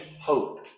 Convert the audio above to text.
hope